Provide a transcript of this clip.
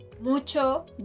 Mucho